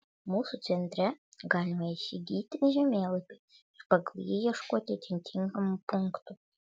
mūsų centre galima įsigyti žemėlapį ir pagal jį ieškoti atitinkamų punktų